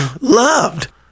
loved